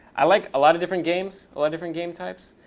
i like a lot of different games, a lot different game types.